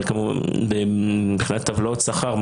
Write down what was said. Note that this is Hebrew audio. אבל מבחינת טבלאות שכר,